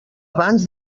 abans